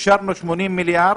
אישרנו 80 מיליארד.